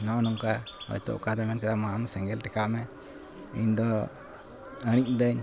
ᱱᱚᱸᱜᱼᱚ ᱱᱚᱝᱠᱟ ᱦᱳᱭᱛᱚ ᱚᱠᱟᱫᱚᱭ ᱢᱮᱱ ᱠᱮᱫᱟ ᱢᱟ ᱟᱢ ᱥᱮᱸᱜᱮᱞ ᱴᱷᱮᱠᱟᱣ ᱢᱮ ᱤᱧᱫᱚ ᱟᱹᱬᱤᱡᱫᱟᱹᱧ